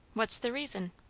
what's the reason?